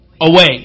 away